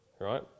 right